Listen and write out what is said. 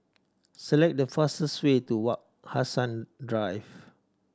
select the fastest way to Wak Hassan Drive